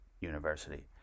University